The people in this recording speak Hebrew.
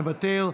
מוותר,